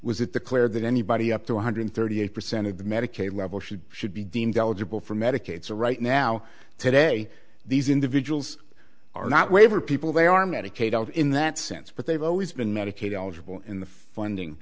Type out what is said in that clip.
was it the clear that anybody up to one hundred thirty eight percent of the medicaid level she should be deemed eligible for medicaid so right now today these individuals are not waiver people they are medicaid out in that sense but they've always been medicaid eligible in the funding